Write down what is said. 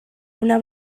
una